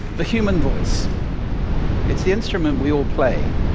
the human voice it's the instrument we all play.